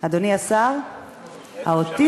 אדוני השר --- אפשר לחבק אותו?